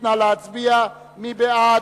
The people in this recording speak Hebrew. נא להצביע, מי בעד?